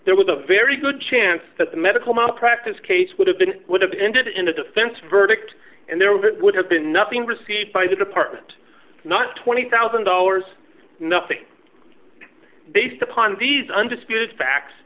there was a very good chance that the medical malpractise case would have been would have ended in a defense verdict and there would have been nothing received by the department not twenty thousand dollars nothing based upon these undisputed facts